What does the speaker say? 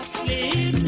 sleep